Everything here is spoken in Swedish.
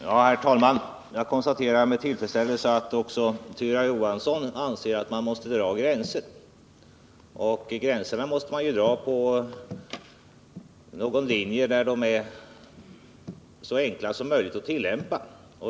«Herr talman! Jag konstaterar med tillfredsställelse att också Tyra Johansson anser att man måste dra gränser. Dessa måste dras så, att de blir så enkla som möjligt att tillämpa.